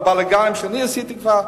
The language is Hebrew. בלגנים שאני עשיתי כבר,